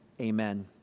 Amen